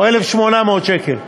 או 1,800 שקל?